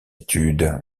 étude